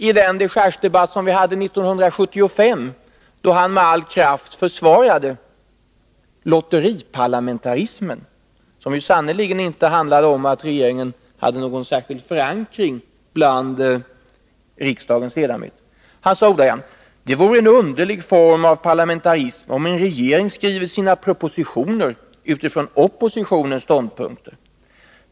I den dechargedebatt som vi hade 1975 försökte Hilding Johansson med all kraft försvara lotteriparlamentarismen, som sannerligen inte innebar att regeringen hade någon särskild förankring bland riksdagens ledamöter. Han sade ordagrant: ”Det vore en underlig form av parlamentarism om en regering skriver sina propositioner utifrån oppositionens ståndpunkter.